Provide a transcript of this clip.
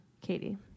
Katie